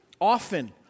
Often